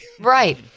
right